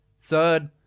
third